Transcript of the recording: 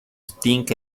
sting